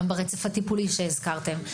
גם ברצף הטיפול שהזכרתם,